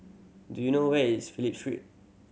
do you know where is Phillip Street